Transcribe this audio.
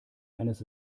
eines